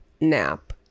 nap